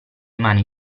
mani